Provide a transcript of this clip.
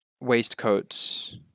waistcoats